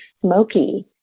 smoky